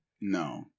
No